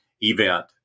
event